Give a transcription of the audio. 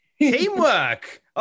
Teamwork